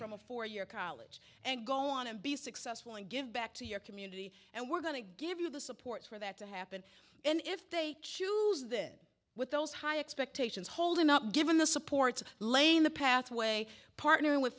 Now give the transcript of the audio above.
from a four year college and go on and be successful and give back to your community and we're going to give you the support for that to happen and if they choose this with those high expectations hold them up given the supports laying the pathway partnering with